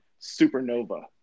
supernova